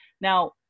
Now